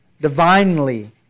Divinely